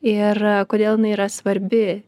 ir kodėl jinai yra svarbi